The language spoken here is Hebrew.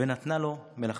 ונתנה לו מלאכתו.